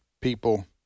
people